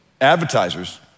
Advertisers